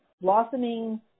blossoming